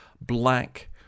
Black